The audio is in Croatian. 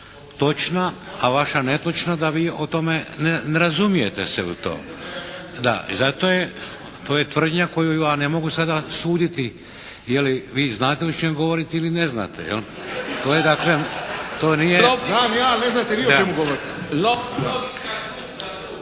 točna, a vaša netočna da vi o tome ne razumijete se u to. Da, i zato je, to je tvrdnja koju ja ne mogu sada suditi je li vi znate o čemu govorite ili ne znate jel? To je dakle, to nije … **Kovačević, Pero